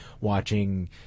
watching